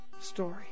story